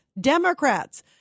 Democrats